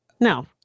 No